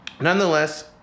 Nonetheless